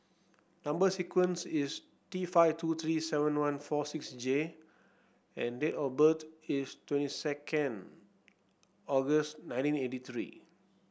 number sequence is T five two three seven one four six J and date of birth is twenty second August nineteen eighty three